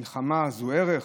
מלחמה זה ערך?